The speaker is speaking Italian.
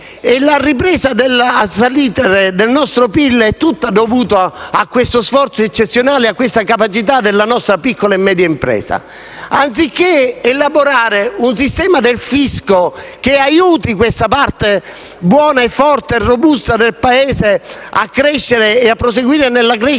La ripresa del nostro PIL è tutta dovuta a questo sforzo eccezionale e a questa capacità della nostra piccola e media impresa. Anziché elaborare un sistema del fisco che aiuti questa parte buona, forte e robusta del Paese a crescere, a proseguire nella crescita